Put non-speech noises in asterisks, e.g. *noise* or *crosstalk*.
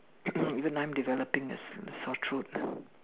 *coughs* even I'm developing a a sore throat